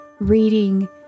reading